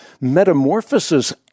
metamorphosis